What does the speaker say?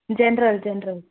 general general